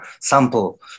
sample